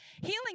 healing